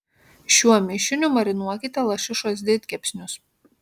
šiuo mišiniu marinuokite lašišos didkepsnius